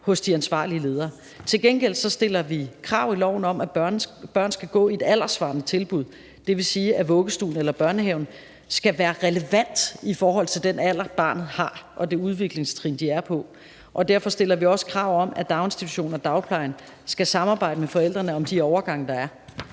hos de ansvarlige ledere. Til gengæld stiller vi i loven krav om, at børn skal gå i et alderssvarende tilbud. Det vil sige, at vuggestuen eller børnehaven skal være relevant i forhold til den alder, barnet har, og de udviklingstrin, det er på, og derfor stiller vi også krav om, at daginstitutioner og dagpleje skal samarbejde med forældrene om de overgange, der er.